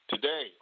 Today